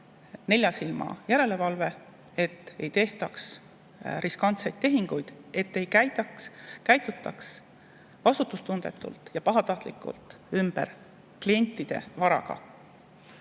neljasilmajärelevalve, et ei tehtaks riskantseid tehinguid, et ei käidaks vastutustundetult ja pahatahtlikult ümber klientide varaga.